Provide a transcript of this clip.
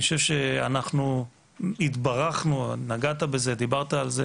אני חושב שאנחנו התברכנו דיברת על זה